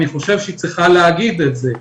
אני חושב שהיא צריכה להגיד את זה.